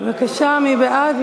בבקשה, מי בעד?